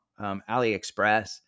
AliExpress